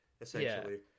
essentially